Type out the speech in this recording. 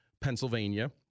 Pennsylvania